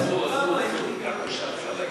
אסרו, אסרו.